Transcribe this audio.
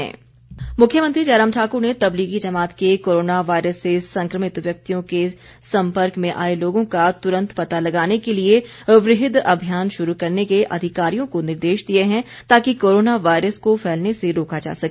मुख्यमंत्री मुख्यमंत्री जयराम ठाक्र ने तबलीगी जमात के कोरोना वायरस से संक्रमित व्यक्तियों के संपर्क में आए लोगों का तुरंत पता लगाने के लिए वृहद अभियान शुरू करने के अधिकारियों को निर्देश दिए हैं ताकि कोरोना वायरस को फैलने से रोका जा सके